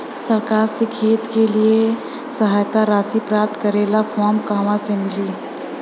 सरकार से खेत के लिए सहायता राशि प्राप्त करे ला फार्म कहवा मिली?